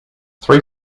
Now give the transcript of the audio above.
three